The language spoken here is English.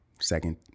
second